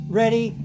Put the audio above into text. ready